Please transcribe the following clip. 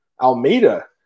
Almeida